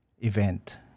event